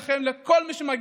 שליש מהאנשים שמפגינים,